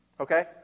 Okay